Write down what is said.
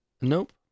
Nope